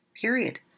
period